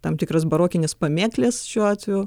tam tikras barokines pamėkles šiuo atveju